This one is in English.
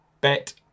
bet